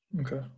Okay